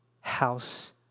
house